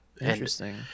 Interesting